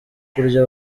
kurya